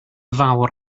fawr